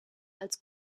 als